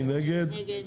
מי נמנע?